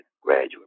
graduate